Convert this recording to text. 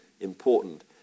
important